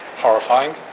Horrifying